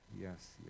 yes